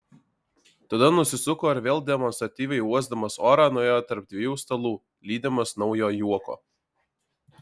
tada nusisuko ir vėl demonstratyviai uosdamas orą nuėjo tarp dviejų stalų lydimas naujo juoko